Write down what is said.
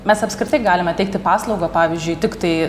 mes apskritai galime teikti paslaugą pavyzdžiui tiktai